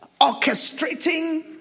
orchestrating